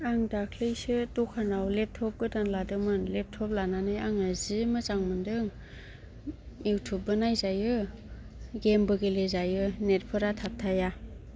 आं दाखालैसो दखानाव लेपटप गोदान लादोंमोन लेपटप लानानै आङो जि मोजां मोन्दों इउटुब बो नायजायो गेम बो गेलेजायो नेट फोरा थाबथाया